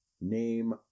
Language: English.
name